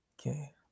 Okay